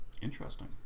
Interesting